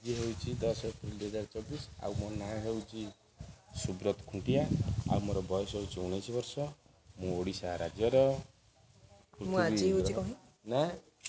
ଆଜି ହଉଛି ଦଶ ଏପ୍ରିଲ୍ ଦୁଇ ହଜାର ଚବିଶ ଆଉ ମୋର ନାଁ ହେଉଛି ସୁବ୍ରତ ଖୁଣ୍ଟିଆ ଆଉ ମୋର ବୟସ ହଉଛି ଉଣେଇଶି ବର୍ଷ ମୁଁ ଓଡ଼ିଶା ରାଜ୍ୟର ମୁଁ ଆଜି ହଉଛି କ'ଣ ନା